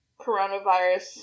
coronavirus